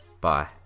Bye